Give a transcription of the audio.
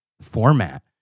format